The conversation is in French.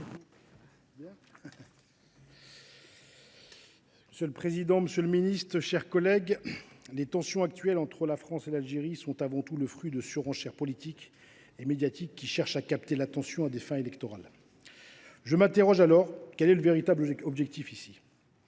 Monsieur le président, monsieur le ministre, mes chers collègues, les tensions actuelles entre la France et l’Algérie sont avant tout le fruit de surenchères politiques et médiatiques qui cherchent à capter l’attention à des fins électorales. Je m’interroge alors : quel est le véritable objectif ici ?